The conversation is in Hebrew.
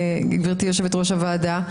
גברתי יושבת-ראש הוועדה,